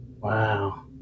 Wow